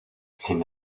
sin